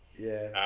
yeah